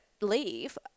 leave